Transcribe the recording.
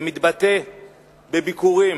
זה מתבטא בביקורים,